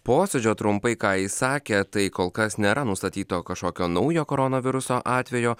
posėdžio trumpai ką jis sakė tai kol kas nėra nustatyto kažkokio naujo koronaviruso atvejo